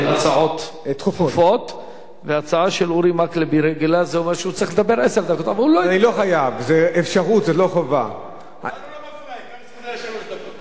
על-פי התקנון הוא צריך לדבר, יש לך עשר דקות.